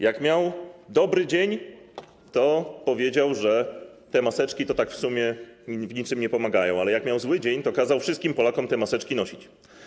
Jak miał dobry dzień, to powiedział, że te maseczki to tak w sumie w niczym nie pomagają, ale jak miał zły dzień, to kazał wszystkim Polakom te maseczki nosić.